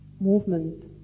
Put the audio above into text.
movement